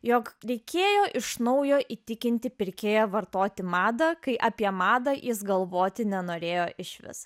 jog reikėjo iš naujo įtikinti pirkėją vartoti madą kai apie madą jis galvoti nenorėjo išvis